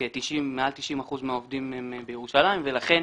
מעל 90 אחוזים העובדים גרים בירושלים ולכן